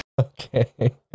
okay